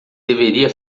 deveria